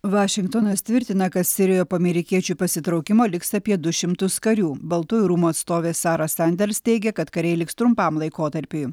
vašingtonas tvirtina kad sirijoje po amerikiečių pasitraukimo liks apie du šimtus karių baltųjų rūmų atstovė sara sanders teigia kad kariai liks trumpam laikotarpiui